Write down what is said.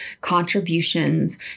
contributions